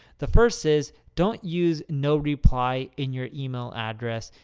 the first is don't use no-reply in your email address.